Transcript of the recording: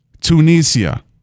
Tunisia